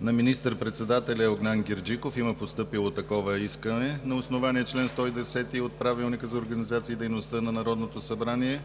на министър председателя Огнян Герджиков – има постъпило такова искане. „На основание чл. 110 от Правилника за организацията и дейността на Народното събрание